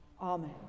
Amen